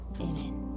Amen